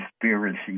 conspiracy